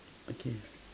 okay